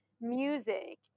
music